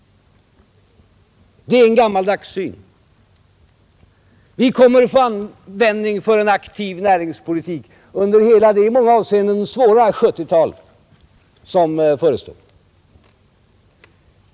Det är en gammaldags syn. Vi kommer att få användning för en aktiv näringspolitik under hela det i många avseenden svåra 1970-tal som förestår.